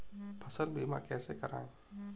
फसल बीमा कैसे कराएँ?